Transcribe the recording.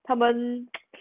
他们